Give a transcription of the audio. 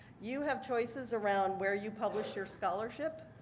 you have choices around where you publish your scholarship.